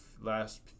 last